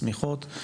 שמיכות,